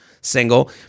single